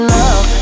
love